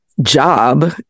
job